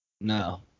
No